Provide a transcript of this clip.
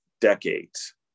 decades